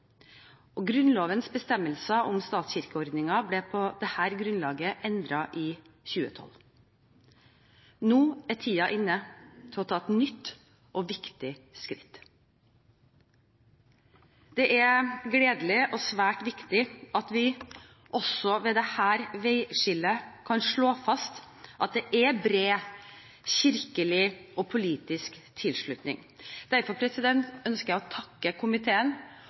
og Grunnlovens bestemmelser om statskirkeordningen ble på dette grunnlaget endret i 2012. Nå er tiden inne til å ta et nytt og viktig skritt. Det er gledelig og svært viktig at vi også ved dette veiskillet kan slå fast at det er bred kirkelig og politisk tilslutning. Derfor ønsker jeg å takke komiteen